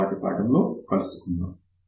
తరువాతి ఉపన్యాసము లో కలుసుకుందాం